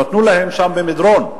נתנו להם שם במדרון,